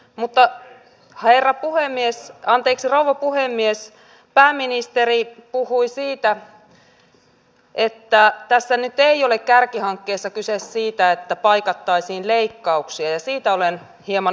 mutta rouva puhemies pääministeri puhui siitä että tässä nyt ei ole kärkihankkeissa kyse siitä että paikattaisiin leikkauksia ja siitä olen hieman eri mieltä